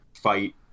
fight